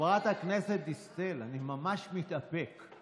חברת הכנסת דיסטל, אני ממש מתאפק.